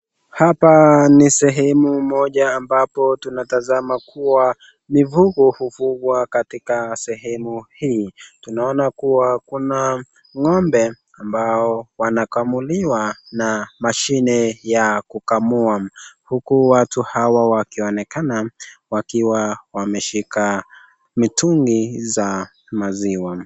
Hapa ni sehemu moja ambapo tunatazama kuwa mifugo huvugwa katika sehemu hii . Tunaona kuwa kuna ngombe ambao wanakamuliwa na mashine ya kukamua , huku watu hawa wakionekana wakiwa wameshika mitungi za maziwa .